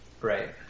Right